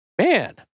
man